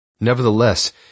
Nevertheless